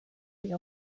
the